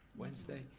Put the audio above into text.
wednesday?